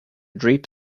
drip